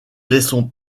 laissons